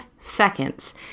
seconds